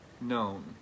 known